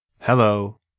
Hello